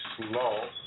slow